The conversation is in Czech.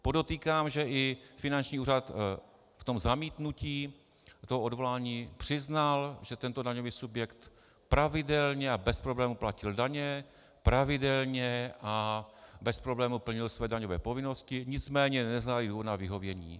Podotýkám, že i finanční úřad v zamítnutí toho odvolání přiznal, že tento daňový subjekt pravidelně a bez problémů platil daně, pravidelně a bez problémů plnil své daňové povinnosti, nicméně na vyhovění.